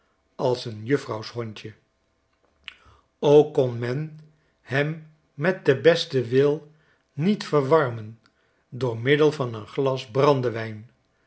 als een juffrouws hondje ook kon men hem met den besten wil niet verwarmen door middel van een glas brandewijn